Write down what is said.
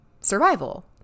survival